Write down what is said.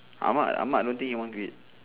ahmad ahmad don't think he won't quit